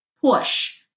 push